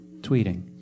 tweeting